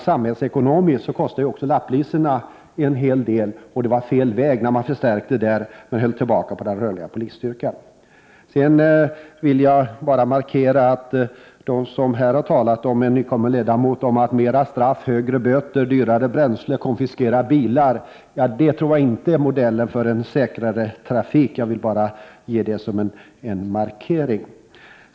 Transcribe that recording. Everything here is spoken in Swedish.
Samhällsekonomiskt kostar också lapplisorna en hel del, och man slog in på fel väg när man förstärkte resurserna för dem men höll tillbaka när det gällde resurser till den rörliga polisstyrkan. En nytillkommen ledamot har här talat om fler straff, högre böter, dyrare bränsle och om att konfiskera bilar. Jag vill markera att jag inte tror att det är modellen för en säkrare trafik.